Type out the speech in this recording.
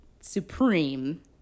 supreme